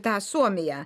tą suomiją